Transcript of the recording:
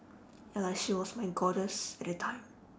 ya lah she was my goddess at that time